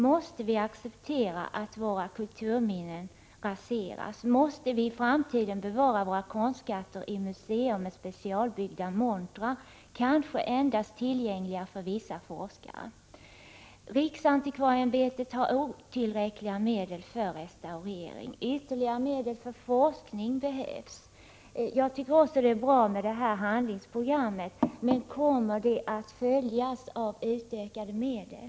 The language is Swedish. Måste vi acceptera att våra kulturminnen raseras? Måste vi i framtiden bevara våra konstskatter i museer med specialbyggda montrar, kanske endast tillgängliga för vissa forskare. Riksantikvarieämbetet har helt otillräckliga medel för restaurering. Ytterligare medel behövs även för forskning. Det är bra med det handlingsprogram som miljöministern hänvisade till, men kommer det att följas av utökade mecel?